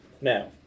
Now